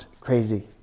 Crazy